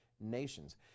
nations